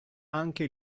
anche